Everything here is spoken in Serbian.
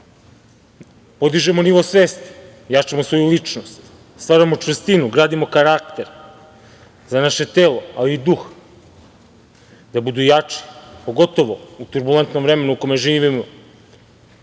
podižemo nivo svesti, jačamo svoju ličnost, stvaramo čvrstinu, gradimo karakter za naše telo, ali duh, da budu jači, pogotovo u turbulentnom vremenu u kome živimo,